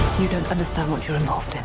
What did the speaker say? you don't understand what you're involved in.